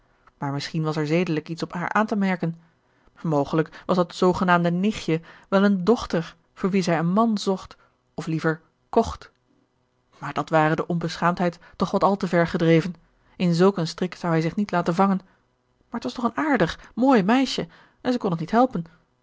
maar misschien was er zedelijk iets op haar aan te merken mogelijk was dat zoogenaamde nichtje wel eene dochter voor wie zij een man zocht of liever kocht maar dat ware de onbeschaamdheid toch wat al te ver gedreven in zulk een strik zou hij zich niet laten vangen maar t was toch een aardig mooi meisje en zij kon het niet helpen